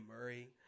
Murray